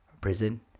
Prison